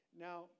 Now